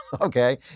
Okay